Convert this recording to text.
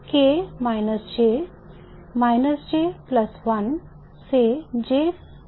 K J J 1 से J 1 से J तक जाता है